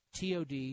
TOD